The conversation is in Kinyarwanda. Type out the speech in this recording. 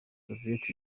soviet